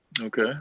Okay